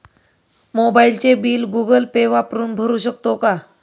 मोबाइलचे bill Google Pay वापरून भरू शकतो का?